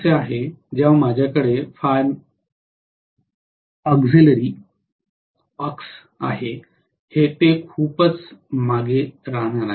असे आहे जेव्हा माझ्याकडे आहे आणि ते खूपच मागे राहणार आहे